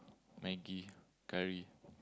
maggie curry